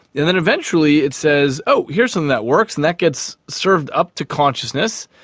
and then eventually it says, oh, here's something that works', and that gets served up to consciousness,